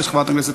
2014,